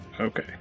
Okay